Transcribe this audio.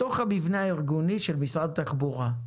בתוך המבנה הארגוני של משרד תחבורה,